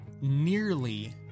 nearly